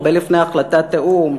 הרבה לפני החלטת האו"ם,